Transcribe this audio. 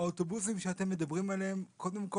האוטובוסים שאתם מדברים עליהם קודם כל,